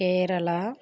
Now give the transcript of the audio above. Kerala